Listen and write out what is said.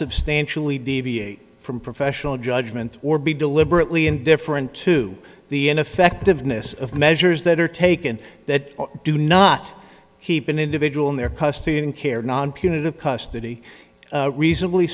substantially deviate from professional judgment or be deliberately indifferent to the ineffectiveness of measures that are taken that do not keep an individual in their custody in care non punitive custody reasonably